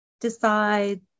decide